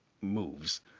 moves